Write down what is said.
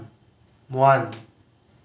one